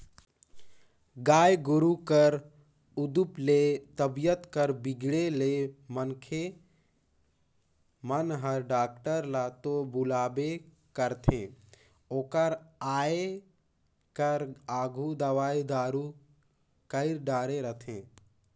गाय गोरु कर उदुप ले तबीयत कर बिगड़े ले मनखे मन हर डॉक्टर ल तो बलाबे करथे ओकर आये कर आघु दवई दारू कईर डारे रथें